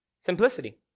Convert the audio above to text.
Simplicity